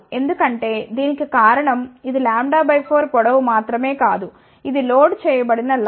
ఎందుకంటే దీనికి కారణం ఇది λ 4 పొడవు మాత్రమే కాదు ఇది లోడ్ చేయబడిన లైన్